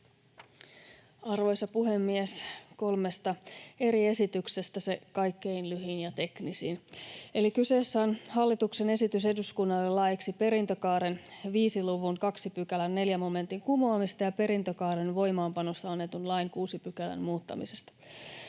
Arvoisa puhemies! Kolmesta eri esityksestä se kaikkein lyhin ja teknisin, eli kyseessä on hallituksen esitys eduskunnalle laeiksi perintökaaren 5 luvun 2 §:n 4 momentin kumoamisesta ja perintökaaren voimaanpanosta annetun lain 6 §:n muuttamisesta.